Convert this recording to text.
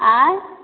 आँय